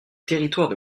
territoires